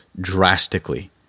drastically